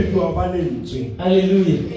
Hallelujah